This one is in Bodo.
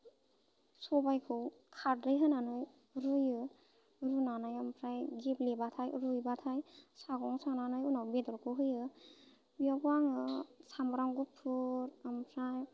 सबायखौ खारदै होनानै रुयो रुनानै ओमफ्राय गेब्लेबाथाय रुइबाथाय सागं सानानै उनाव बेदरखौ होयो बेयावबो आङो सामब्राम गुफुर ओमफ्राय